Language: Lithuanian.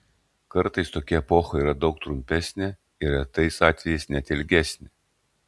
kartais tokia epocha yra daug trumpesnė ir retais atvejais net ilgesnė